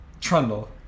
Trundle